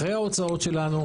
אחרי ההוצאות שלנו,